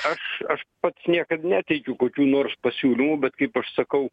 aš aš pats niekad neteikiu kokių nors pasiūlymų bet kaip aš sakau